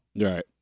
Right